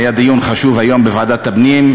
היה דיון חשוב היום בוועדת הפנים,